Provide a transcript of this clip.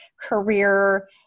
career